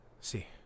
See